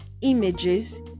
images